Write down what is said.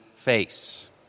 face